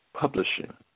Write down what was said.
publishing